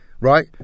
Right